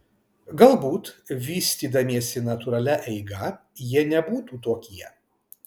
galbūt vystydamiesi natūralia eiga jie nebūtų tokie